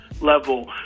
level